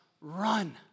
run